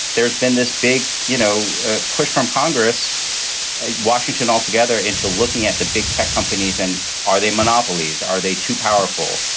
there's been this big you know ah push from congress in washington all together into looking at the big tech companies. and are they monopolies? are they too powerful?